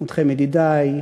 אתכם, ידידי,